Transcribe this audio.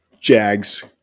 Jags